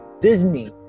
Disney